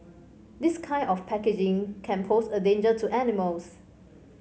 this kind of packaging can pose a danger to animals